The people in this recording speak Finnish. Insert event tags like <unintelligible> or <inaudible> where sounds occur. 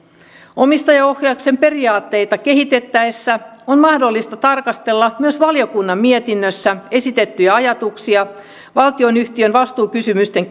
omistajaohjauksen periaatteita kehitettäessä on mahdollista tarkastella myös valiokunnan mietinnössä esitettyjä ajatuksia valtionyhtiön vastuukysymysten <unintelligible>